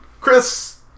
Chris